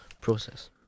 process